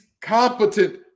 competent